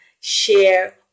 share